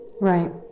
right